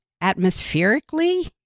atmospherically